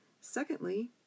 Secondly